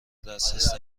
دسترس